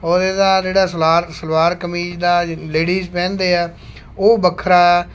ਔਰ ਇਹਦਾ ਜਿਹੜਾ ਸਲਵਾਰ ਸਲਵਾਰ ਕਮੀਜ਼ ਦਾ ਲੇਡੀਜ਼ ਪਹਿਨਦੇ ਹੈ ਉਹ ਵੱਖਰਾ